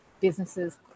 businesses